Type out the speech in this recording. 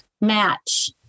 match